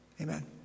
Amen